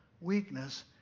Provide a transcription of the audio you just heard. weakness